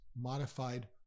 modified